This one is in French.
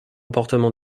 comportement